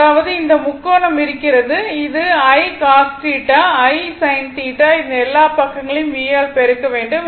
அதாவது இந்த முக்கோணம் இருக்கிறது அது I cos θ I sin θ இந்த எல்லா பக்கங்களிலும் V ஆல் பெருக்க வேண்டும்